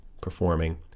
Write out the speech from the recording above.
performing